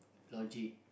logic